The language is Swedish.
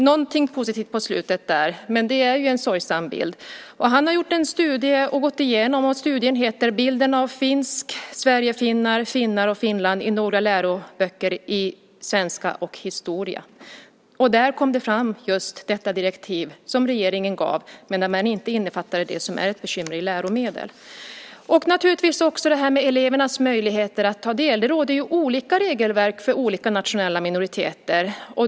Någonting positivt kom på slutet där, men det är en sorgesam bild. Antti Ylikiiskilä har gjort en studie, den heter Bilden av finska, sverigefinnar, finnar och Finland i några läroböcker i svenska och historia . Där kom fram just detta direktiv som regeringen gav men som inte innefattar det som är ett bekymmer när det gäller läromedel. I fråga om elevernas möjligheter att ta del i undervisningen gäller olika regelverk för olika nationella minoriteter.